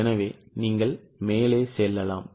எனவே நீங்கள் மேலே செல்லலாம்